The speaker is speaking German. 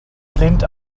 blind